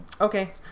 Okay